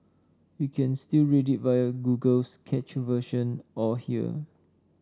you can still read it via Google's cached version or here